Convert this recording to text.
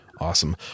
Awesome